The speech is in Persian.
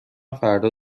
فردا